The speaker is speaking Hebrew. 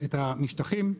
את המשטחים,